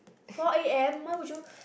four A_M how would you